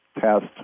test